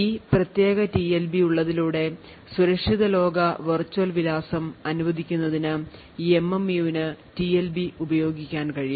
ഈ പ്രത്യേക ടിഎൽബി ഉള്ളതിലൂടെ സുരക്ഷിത ലോക വെർച്വൽ വിലാസം അനുവദിക്കുന്നതിന് എംഎംയുവിന് ടിഎൽബി ഉപയോഗിക്കാൻ കഴിയും